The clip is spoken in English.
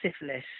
syphilis